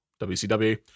WCW